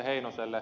heinoselle